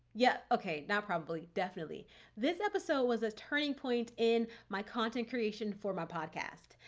yeah, okay. not probably, definitely this episode was a turning point in my content creation for my podcast.